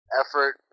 effort